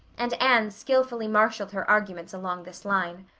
and anne skillfully marshalled her arguments along this line.